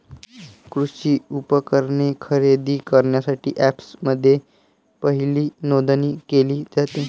कृषी उपकरणे खरेदी करण्यासाठी अँपप्समध्ये पहिली नोंदणी केली जाते